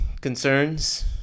concerns